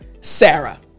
Sarah